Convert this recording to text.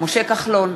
משה כחלון,